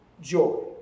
joy